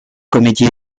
comédies